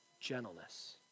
gentleness